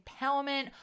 empowerment